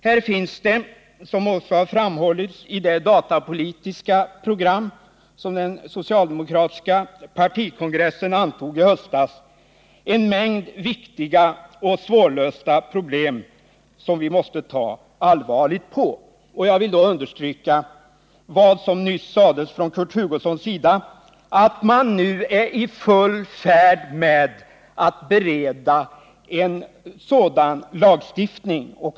Här finns, som också framhållits i det datapolitiska program som den socialdemokratiska partikongressen antog i höstas, en mängd viktiga och svårlösta problem som vi måste ta allvarligt på. Jag vill då understryka vad Kurt Hugosson nyss sade, nämligen att man nu är i full färd med att bereda en sådan lagstiftning.